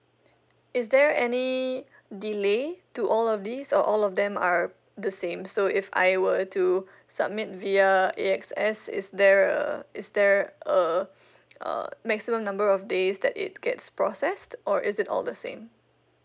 is there any delay to all of these or all of them are the same so if I were to submit via A_X_S is there uh is there a uh maximum number of days that it gets processed or is it all the same